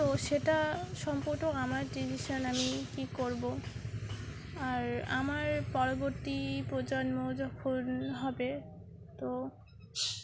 তো সেটা সম্ভবত আমার ডিসিশান আমি কী করবো আর আমার পরবর্তী প্রজন্ম যখন হবে তো